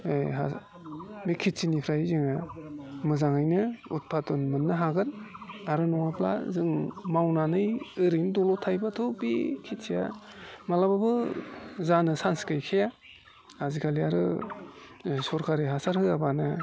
बे खेतिनिफ्राय जोङो मोजाङैनो उतपादन मोननो हागोन आरो नङाब्ला जों मावनानै ओरैनो दलर थायोबाथ' बे खेतिया माब्लाबाबो जानो सान्स गैखाया आजिकालि आरो सरकारि हासार होआबानो